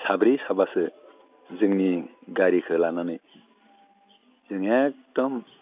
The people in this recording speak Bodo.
साब्रै साबासो जोंनि गारिखौ लानानै जों एकदम